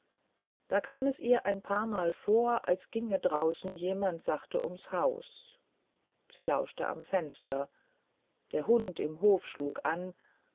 da kam es ihr ein paarmal vor als ginge draußen jemand sachte ums haus sie lauschte am fenster der hund im hofe schlug an